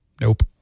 Nope